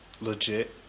legit